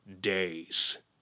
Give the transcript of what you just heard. days